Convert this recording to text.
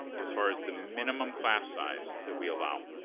as far as the minimum class size that we allow,